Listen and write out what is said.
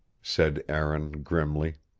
said aaron grimly.